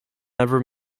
never